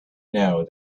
know